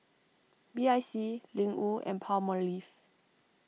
B I C Ling Wu and Palmolive